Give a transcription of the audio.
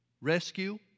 rescue